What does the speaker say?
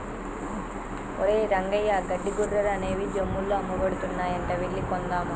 ఒరేయ్ రంగయ్య గడ్డి గొర్రెలు అనేవి జమ్ముల్లో అమ్మబడుతున్నాయంట వెళ్లి కొందామా